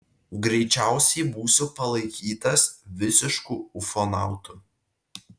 greičiausiai būsiu palaikytas visišku ufonautu